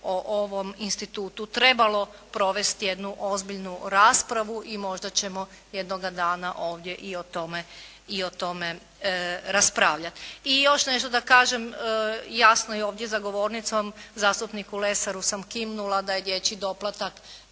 o ovom institutu trebalo provesti jednu ozbiljnu raspravu i možda ćemo jednoga dana ovdje i o tome raspravljati. I još nešto da kažem. Jasno je ovdje za govornicom, zastupniku Lesaru sam kimnula da je dječji doplatak